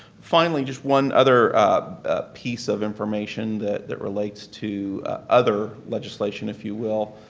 finally, just one other piece of information that that relates to other legislation, if you will,